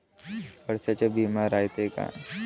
वर्षाचा बिमा रायते का?